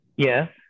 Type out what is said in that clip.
Yes